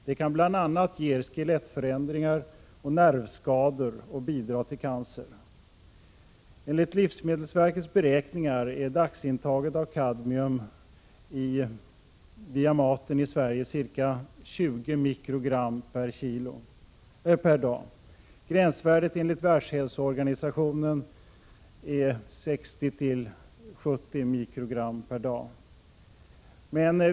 Detta kan bl.a. ge skelettförändringar och nervskador samt bidra till uppkomsten av cancer. Enligt livsmedelsverkets beräkningar är dagsintaget av kadmium via maten i Sverige ca 20 mikrogram per dag. Gränsvärdet enligt Världshälsoorganisationen är 60—70 mikrogram per dag.